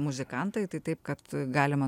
muzikantai taitaip kad galima